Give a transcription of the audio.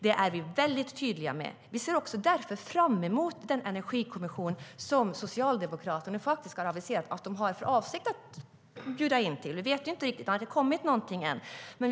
Det är vi väldigt tydliga med. Därför ser vi fram emot den energikommission som Socialdemokraterna har aviserat att de har för avsikt att bjuda in till. Vi vet inte riktigt hur det blir; det har inte kommit någonting ännu.